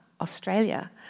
Australia